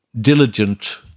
diligent